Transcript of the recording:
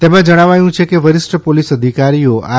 તેમાં જણાવાયું છે કે વરિષ્ઠ પોલીસ અધિકારીઓ આર